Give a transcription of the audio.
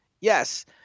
yes